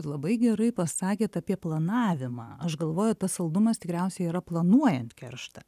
labai gerai pasakėt apie planavimą aš galvoju tas saldumas tikriausiai yra planuojant kerštą